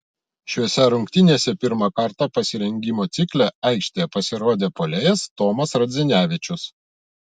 šiose rungtynėse pirmą kartą pasirengimo cikle aikštėje pasirodė puolėjas tomas radzinevičius